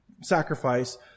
sacrifice